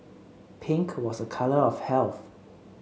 pink was a colour of health